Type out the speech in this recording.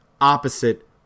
opposite